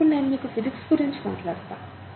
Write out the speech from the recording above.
ఇప్పుడు నేను ఫిజిక్స్ గురించి మాట్లాడతాను